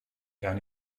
gawn